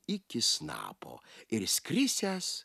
iki snapo ir išskrisiąs